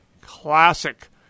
Classic